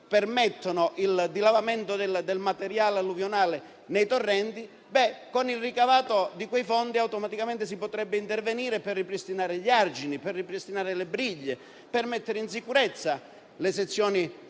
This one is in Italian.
permettono il dilavamento del materiale alluvionale nei torrenti, e con il ricavato di quei fondi si potrebbe intervenire per ripristinare gli argini, per ripristinare le briglie, per mettere in sicurezza le sezioni